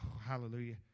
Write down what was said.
hallelujah